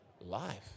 life